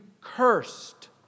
cursed